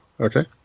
okay